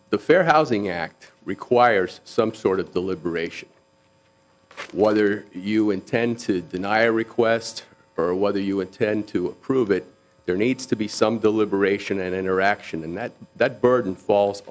the fair housing act requires some sort of deliberation whether you intend to deny or request or whether you intend to prove it there needs to be some deliberation and interaction and that that burden falls